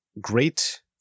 great